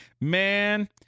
man